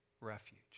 refuge